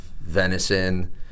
venison